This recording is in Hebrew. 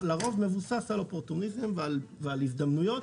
לרוב מבוסס על אופורטוניזם ועל הזדמנויות